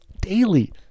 daily